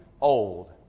old